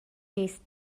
نیست